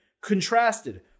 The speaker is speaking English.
contrasted